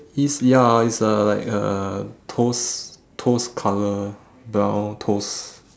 it's ya it's a like a toast toast colour brown toast